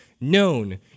known